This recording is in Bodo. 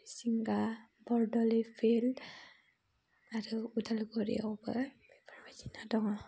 सिंगा बरदलै फिल्ड आरो उदालगुरियावबो बेफोरबायदिनो दङ